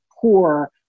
poor